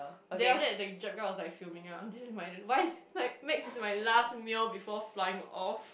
then after that the jap girl was like fuming ah this is my why is like Macs is my last meal before flying off